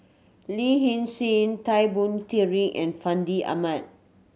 Lin Hsin Hsin Tan Boon Teik and Fandi Ahmad